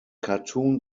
cartoon